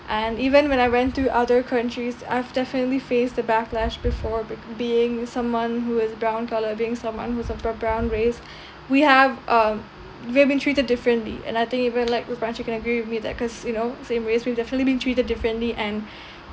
and even when I went to other countries I've definitely faced a backlash before be~ being someone who is brown colour being someone who's of bro~ brown race we have um we have been treated differently and I think even like rebrach you can agree with me that cause you know same race we've definitely been treated differently and